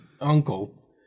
uncle